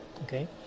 okay